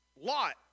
Lot